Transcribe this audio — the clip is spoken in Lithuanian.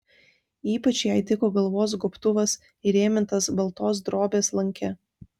ypač jai tiko galvos gobtuvas įrėmintas baltos drobės lanke